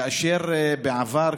כאשר בעבר,